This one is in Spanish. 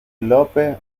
lope